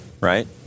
right